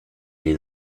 les